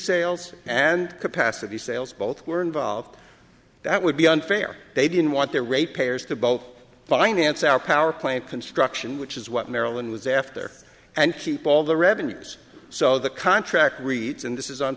sales and capacity sales both were involved that would be unfair they didn't want their rate payers to both finance our power plant construction which is what maryland was after and keep all the revenues so the contract reads and this is on